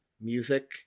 music